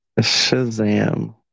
Shazam